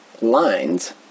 lines